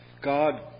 God